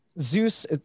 Zeus